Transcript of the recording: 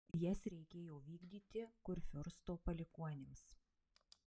jas reikėjo vykdyti kurfiursto palikuonims